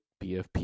BFP